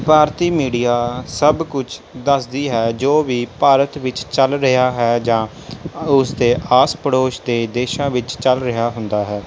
ਭਾਰਤੀ media ਸਭ ਕੁਛ ਦੱਸਦੀ ਹੈ ਜੋ ਵੀ ਭਾਰਤ ਵਿੱਚ ਚੱਲ ਰਿਹਾ ਹੈ ਜਾਂ ਉਸ ਦੇ ਆਸ ਪੜੋਸ ਦੇ ਦੇਸ਼ਾਂ ਵਿੱਚ ਚੱਲ ਰਿਹਾ ਹੁੰਦਾ ਹੈ